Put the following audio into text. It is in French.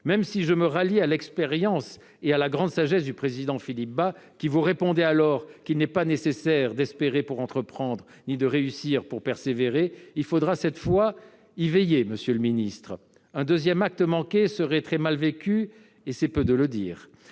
Même si je me rallie à l'expérience et à la grande sagesse du président de la commission des lois, qui répondit alors qu'« il n'est pas nécessaire d'espérer pour entreprendre ni de réussir pour persévérer », il faudra cette fois y veiller, monsieur le secrétaire d'État. Un deuxième acte manqué serait très mal vécu, c'est peu de le dire